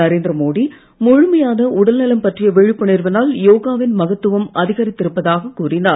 நரேந்திர மோடி முழுமையான உடல்நலம் பற்றிய விழிப்புணர்வினால் யோகாவின் மகத்துவம் அதிகரித்திருப்பதாகக் கூறினார்